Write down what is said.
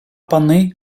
пани